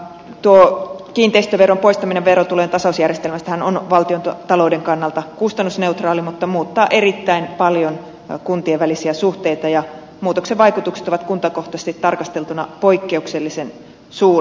tuo kiinteistöveron poistaminen verotulojen tasausjärjestelmästähän on valtiontalouden kannalta kustannusneutraali mutta muuttaa erittäin paljon kuntien välisiä suhteita ja muutoksen vaikutukset ovat kuntakohtaisesti tarkasteltuna poikkeuksellisen suuret